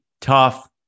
tough